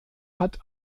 hat